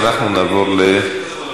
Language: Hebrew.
אנחנו נצביע.